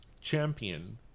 champion